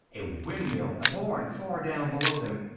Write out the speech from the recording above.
a windmill. a barn, far down below them.